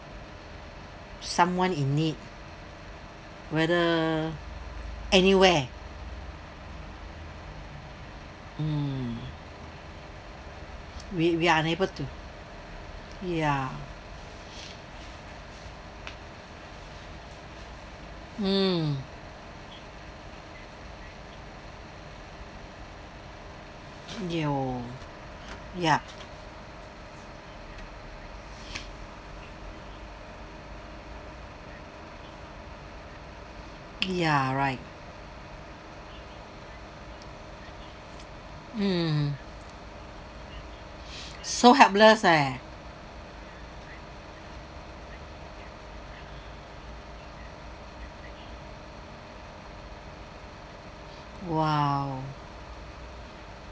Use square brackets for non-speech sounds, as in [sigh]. someone in need whether anywhere mm we we are unable to ya mm yo yup ya right mm [breath] so helpless eh !wow!